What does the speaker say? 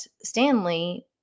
Stanley